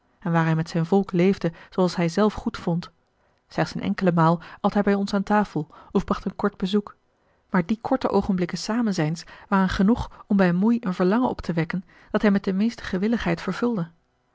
en waar hij met zijn volk leefde zooals hij zelf goed vond slechts eene enkele maal at hij bij ons aan tafel of bracht een kort bezoek maar die korte oogenblikken samenzijns waren genoeg om bij moei een verlangen op te wekken dat hij met de meeste gewilligheid vervulde